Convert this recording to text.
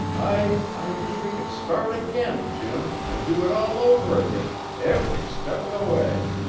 i i wish we could start again, jim, and do it all over again, every step of the way!